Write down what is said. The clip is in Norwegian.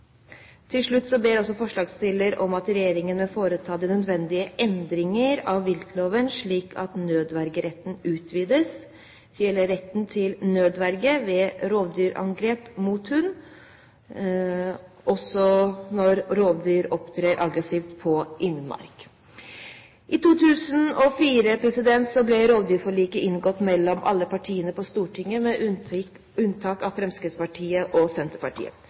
Til slutt ber forslagsstillerne om at regjeringen foretar de nødvendige endringer av viltloven slik at nødvergeretten utvides til å gjelde rett til nødverge ved rovdyrangrep mot hund og når rovdyr opptrer aggressivt på innmark. I 2004 ble rovdyrforliket inngått mellom alle partiene på Stortinget, med unntak av Fremskrittspartiet og Senterpartiet.